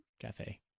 cafe